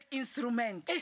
instrument